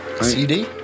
CD